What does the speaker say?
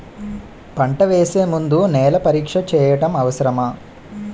పంట వేసే ముందు నేల పరీక్ష చేయటం అవసరమా?